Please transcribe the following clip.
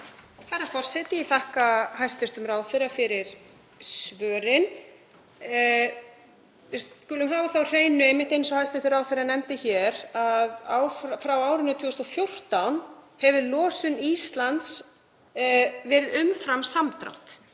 Herra forseti. Ég þakka hæstv. ráðherra fyrir svörin. Við skulum hafa það á hreinu, einmitt eins og hæstv. ráðherra nefndi hér, að frá árinu 2014 hefur losun Íslands verið umfram samdrátt.